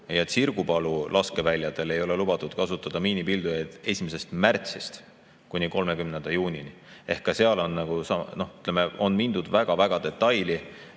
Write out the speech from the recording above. ja Tsirgupalu laskeväljadel ei ole lubatud kasutada miinipildujaid 1. märtsist kuni 30. juunini. Ehk ka seal on, ütleme, mindud väga-väga detailseks